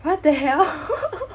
what the hell